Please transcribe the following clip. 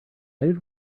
did